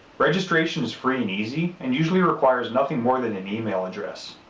registration is free and easy, and usually requires nothing more than an email address.